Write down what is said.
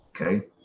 Okay